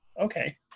okay